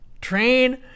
Train